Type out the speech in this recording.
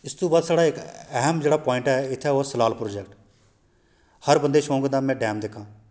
इस तू बाद साढ़ा इक जेह्ड़ा ऐह्म पबाइंट ऐ इत्थै ओह् सलाल प्रोजेक्ट ऐ हर बंदे गी शौक होंदा कि में डैम दिक्खां